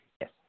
Yes